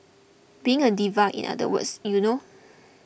being a diva in other words you know